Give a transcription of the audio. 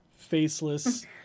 Faceless